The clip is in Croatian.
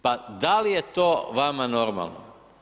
Pa da li je to vama normalno?